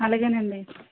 అలాగేనండి